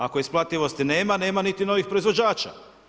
Ako isplativosti nema, nema niti novih proizvođača.